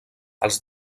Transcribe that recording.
els